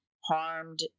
harmed